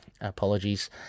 apologies